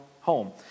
home